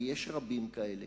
ויש רבים כאלה,